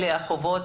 אלה החובות,